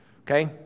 Okay